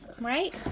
right